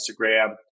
Instagram